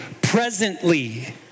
presently